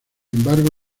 embargo